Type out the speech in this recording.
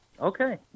Okay